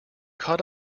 caught